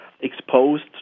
exposed